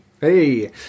Hey